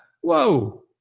Whoa